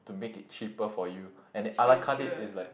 to make it cheaper for you and the a lah carte is like